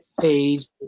phase